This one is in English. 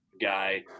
guy